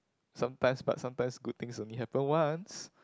sometimes but sometimes good things only happen once